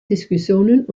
diskussionen